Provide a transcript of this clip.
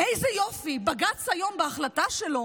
איזה יופי, בג"ץ היום בהחלטה שלו